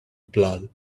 blood